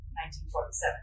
1947